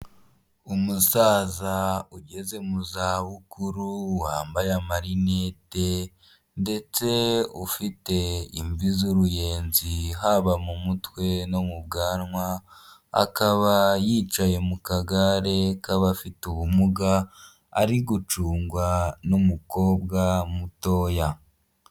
Umusaza ugeze mu za bukuru wambaye amarinete ndetse ufite imvi z'uruyenzi haba mu mutwe no mu bwanwa akaba yicaye mu kagare k'abafite ubumuga ari gucungwa n'umukobwa mutoya.